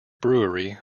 brewery